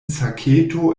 saketo